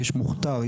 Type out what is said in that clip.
יש מוכתר,